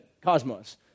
cosmos